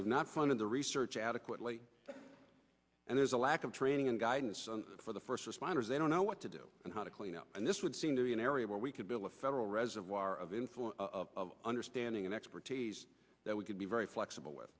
with not one of the research adequately and there's a lack of training and guidance for the first responders they don't know what to do and how to clean up and this would seem to be an area where we could build a federal reservoir of influence of understanding and expertise that we could be very flexible with